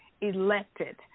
elected